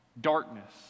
Darkness